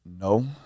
No